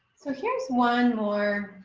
so here's one more.